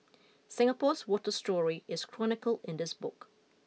Singapore's water story is chronicle in this book